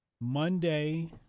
Monday